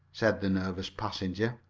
said the nervous passenger.